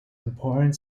important